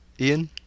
Ian